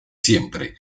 siempre